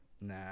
Nah